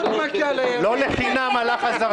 לא הוקמו ועדות קבועות.